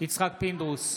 יצחק פינדרוס,